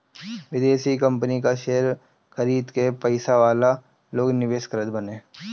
विदेशी कंपनी कअ शेयर खरीद के पईसा वाला लोग निवेश करत बाने